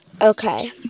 Okay